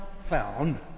found